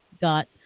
got